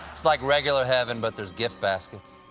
it's like regular heaven, but there's gift baskets.